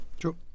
True